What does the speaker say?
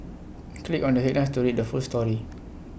click on the headlines to read the full story